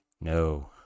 No